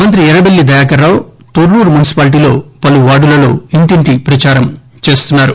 మంత్రి ఎర్రబెల్లి దయాకర్ రావు తొర్రూరు మున్సిపాల్టీలో పలు వార్డులలో ఇంటింటి ప్రచారం చేస్తున్నారు